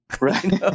Right